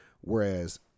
whereas